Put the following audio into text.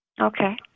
Okay